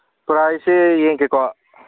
ꯄ꯭ꯔꯥꯏꯁꯦ ꯌꯦꯡꯉꯛꯀꯦꯀꯣ